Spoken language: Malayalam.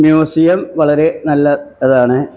മ്യൂസിയം വളരെ നല്ല ഇതാണ്